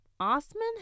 Osman